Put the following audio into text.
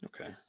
Okay